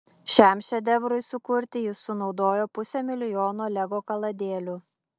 šiam šedevrui sukurti jis sunaudojo pusę milijono lego kaladėlių